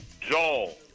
Joel